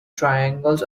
triangles